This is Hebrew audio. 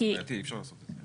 אי אפשר לעשות את זה.